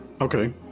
Okay